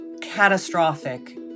catastrophic